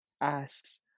asks